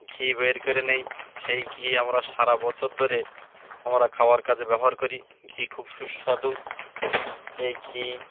ঘি বের করে নিয়ে সেই ঘি আমরা সারা বছর ধরে আমরা খাওয়ার কাজে ব্যবহার করি ঘি খুব সুস্বাদু এই ঘি